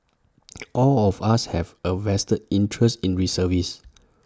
all of us have A vested interest in reservist